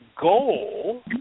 goal